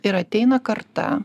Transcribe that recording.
ir ateina karta